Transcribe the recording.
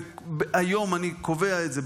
אני קובע את זה,